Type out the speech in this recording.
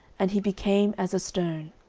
and he became as a stone.